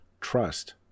trust